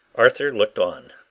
arthur looked on,